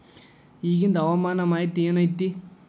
ಇಗಿಂದ್ ಹವಾಮಾನ ಮಾಹಿತಿ ಏನು ಐತಿ?